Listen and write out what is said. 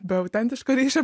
be autentiško ryšio